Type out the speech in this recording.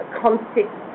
concept